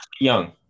Young